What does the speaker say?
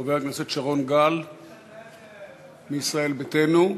חבר הכנסת שרון גל מישראל ביתנו,